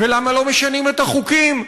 ולמה לא משנים את החוקים,